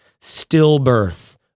stillbirth